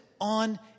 on